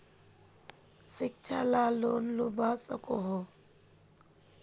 शिक्षा ला लोन लुबा सकोहो?